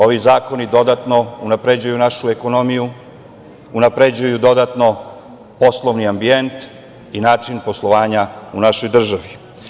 Ovi zakoni dodatno unapređuju našu ekonomiju, unapređuju dodatno poslovni ambijent i način poslovanja u našoj državi.